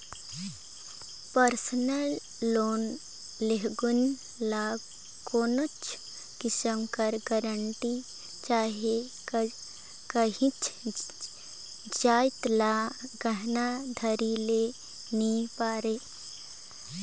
personal loan लेहोइया ल कोनोच किसिम कर गरंटी चहे काहींच जाएत ल गहना धरे ले नी परे